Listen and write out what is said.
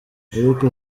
ariko